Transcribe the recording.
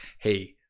Hey